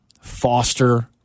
Foster